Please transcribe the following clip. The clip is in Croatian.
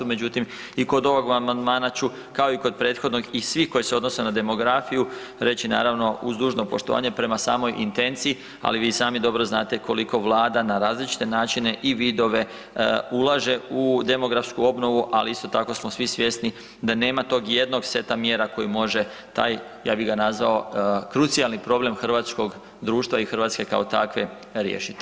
Međutim, i kod ovog amandmana ću kao i kod prethodnog i svih koji se odnose na demografiju reći naravno uz dužno poštovanje prema samoj intenciji, ali vi i sami dobro znate koliko vlada na različite načine i vidove ulaže u demografsku obnovu, ali isto tako smo svi svjesni da nema tog jednog seta mjera koji može taj, ja bi ga nazvao, krucijalni problem hrvatskog društva i Hrvatske kao takve riješiti.